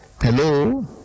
hello